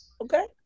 Okay